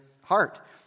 heart